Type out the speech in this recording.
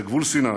בגבול סיני,